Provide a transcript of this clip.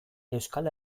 euskal